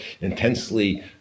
intensely